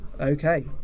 Okay